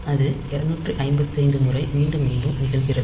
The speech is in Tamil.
அது 255 முறை மீண்டும் மீண்டும் நிகழ்கிறது